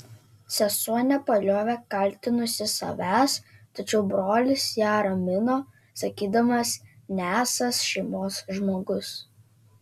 sesuo nepaliovė kaltinusi savęs tačiau brolis ją ramino sakydamas nesąs šeimos žmogus